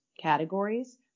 categories